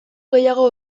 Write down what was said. gehiago